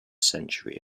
century